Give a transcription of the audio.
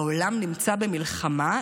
העולם נמצא במלחמה.